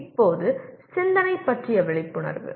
இப்போது சிந்தனை பற்றிய விழிப்புணர்வு